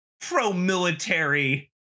pro-military